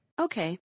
okay